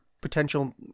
potential